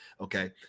Okay